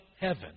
heaven